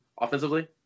offensively